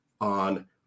on